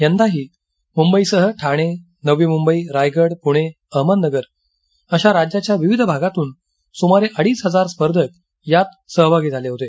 यंदाही मुंबईसह ठाणे नवी मुंबई रायगड पुणे अहमदनगर अशा राज्याच्या विविध भागातुन सुमारे अडीच हजार स्पर्धक यात सहभागी झाले होते